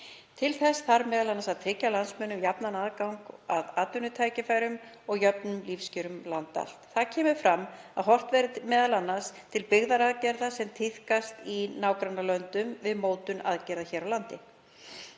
Til þess þarf m.a. að tryggja landsmönnum jafnan aðgang að atvinnutækifærum og jöfn lífskjör um land allt. Þá kemur fram að horft verði m.a. til byggðaaðgerða sem tíðkast í nágrannalöndunum við mótun aðgerða hér á landi.